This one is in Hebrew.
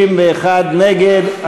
61 נגד.